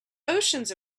oceans